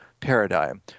paradigm